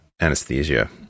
anesthesia